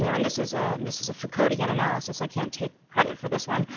you know and this is ah this is a foucauldian analysis, i can't take credit for this one,